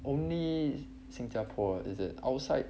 only 新加坡 is it outside